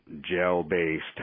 gel-based